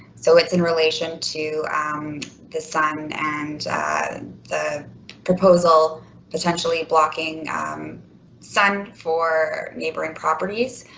so it's in relation to um the sun and the proposal potentially blocking um sun for neighboring properties.